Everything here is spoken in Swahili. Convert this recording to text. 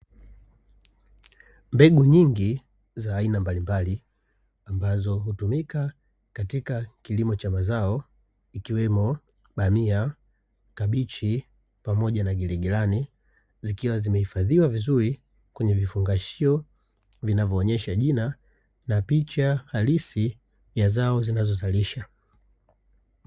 Mbegu nyingi za aina mbalimbali ambazo hutumika katika kilimo cha mazao ikiwemo bamia, kabichi pamoja na giligilani zikiwa zimehifadhiwa vizuri kwenye vifungashio vinavyoonyesha jina na picha halisi ya zao zinazozalisha.